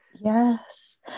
Yes